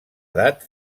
edat